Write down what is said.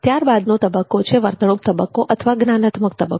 ત્યારબાદનો તબક્કો છે વર્તણૂંક તબક્કો અથવા જ્ઞાનાત્મક તબક્કો